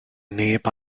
neb